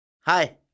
Hi